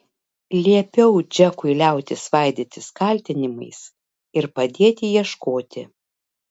liepiau džekui liautis svaidytis kaltinimais ir padėti ieškoti